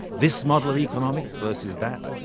this model of economics versus that,